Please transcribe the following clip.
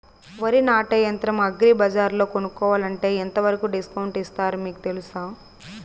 వరి నాటే యంత్రం అగ్రి బజార్లో కొనుక్కోవాలంటే ఎంతవరకు డిస్కౌంట్ ఇస్తారు మీకు తెలుసా?